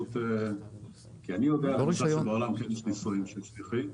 אני יודע שיש בעולם ניסויים של שליחים,